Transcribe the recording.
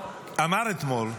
אמר אתמול: